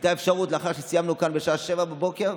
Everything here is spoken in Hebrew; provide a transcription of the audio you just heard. הייתה אפשרות, לאחר שסיימנו כאן בשעה 07:00,